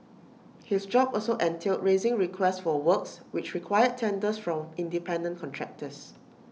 his job also entailed raising requests for works which required tenders from independent contractors